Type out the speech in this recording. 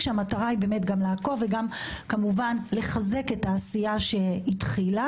כשהמטרה היא גם לעקוב וגם לחזק את העשייה שהתחילה.